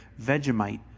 Vegemite